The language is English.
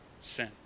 sin